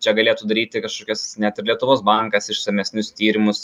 čia galėtų daryti kažkokias net ir lietuvos bankas išsamesnius tyrimus